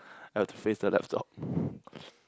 I have to face the laptop